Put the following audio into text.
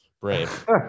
brave